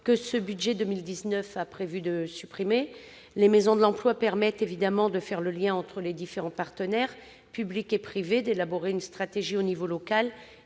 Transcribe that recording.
dans ce budget pour 2019. Les maisons de l'emploi permettent de faire le lien entre les différents partenaires publics et privés, d'élaborer une stratégie au niveau local